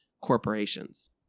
corporations